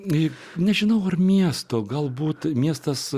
nė nežinau ar miesto galbūt miestas